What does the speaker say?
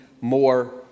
more